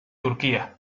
turquía